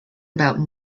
about